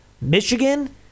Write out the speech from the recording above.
Michigan